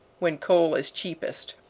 when coal is cheapest.